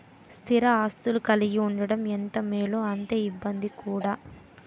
స్థిర ఆస్తులు కలిగి ఉండడం ఎంత మేలో అంతే ఇబ్బంది కూడా